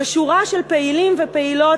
ושורה של פעילים ופעילות,